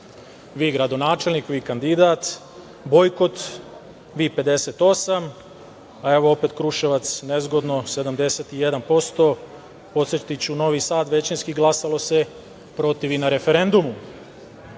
vi gradonačelnik, vi kandidat, bojkot, vi 58%, a evo opet Kruševac nezgodno 71%. Podsetiću, Novi Sad većinski glasalo se protiv i na referendumu. Sada